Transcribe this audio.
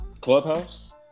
Clubhouse